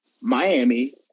Miami